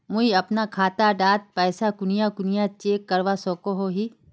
मुई अपना खाता डात पैसा कुनियाँ कुनियाँ चेक करवा सकोहो ही?